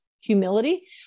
humility